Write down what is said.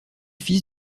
fils